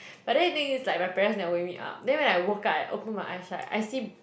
but then the thing is like my parents never wake me up then when I woke up I open my eyes right I see